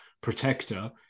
protector –